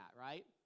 right